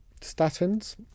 Statins